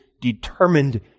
determined